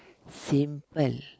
simple